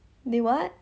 they what